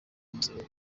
musaruro